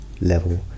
level